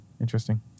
Interesting